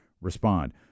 respond